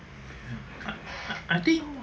I think